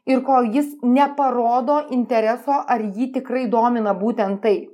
ir kol jis neparodo intereso ar jį tikrai domina būtent tai